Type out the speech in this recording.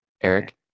Eric